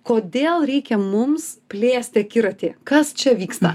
kodėl reikia mums plėsti akiratį kas čia vyksta